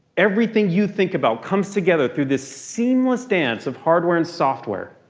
everything you think about comes together through this seamless dance of hardware and software.